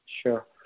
Sure